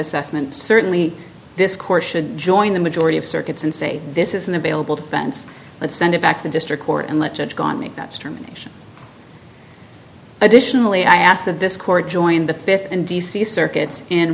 assessment certainly this court should join the majority of circuits and say this isn't available defense let's send it back to the district court and let judge gone make that determination additionally i ask that this court join the fifth and d c circuits